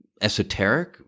esoteric